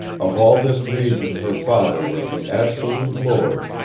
of all this region her father was the absolute lord,